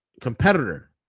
competitor